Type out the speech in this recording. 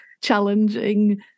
challenging